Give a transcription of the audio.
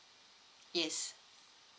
yes